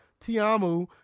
Tiamu